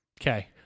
okay